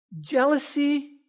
Jealousy